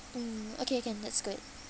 mm okay can that's good